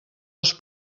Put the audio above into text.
als